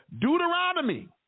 Deuteronomy